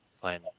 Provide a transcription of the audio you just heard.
playing